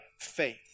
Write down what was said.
faith